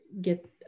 get